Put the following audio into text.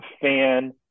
fan